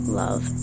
love